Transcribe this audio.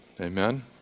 amen